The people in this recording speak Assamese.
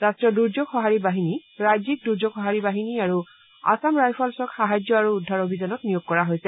ৰাষ্ট্ৰীয় দূৰ্যোগ সহাৰি বাহিনী ৰাজ্যিক দূৰ্যোগ সহাৰি বাহিনী আৰু আসাম ৰাইফলছক সাহাৰ্য্য আৰু উদ্ধাৰ অভিযানত নিয়োগ কৰা হৈছে